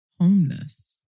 homeless